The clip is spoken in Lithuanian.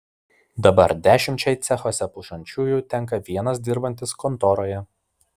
dabar dešimčiai cechuose plušančiųjų tenka vienas dirbantis kontoroje